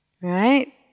right